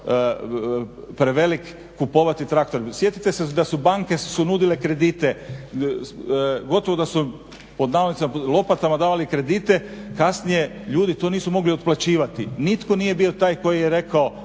prevelik, kupovati traktor. Sjetite se da su banke su nudile kredite, gotovo da su, pod navodnicima, lopatama davali kredite, kasnije ljudi to nisu mogli otplaćivati, nitko nije bio taj koji je rekao,